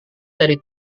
dari